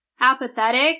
apathetic